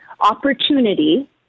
opportunity